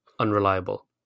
unreliable